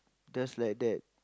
just like that